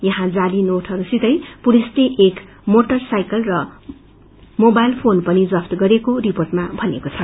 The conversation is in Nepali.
यहाँ जाती नोटहसंसितै पुलिसले एक मोटर साइकल र मोवाइल फोन पनि जफ्त गरिएको रिपोर्टमा भनिएको छ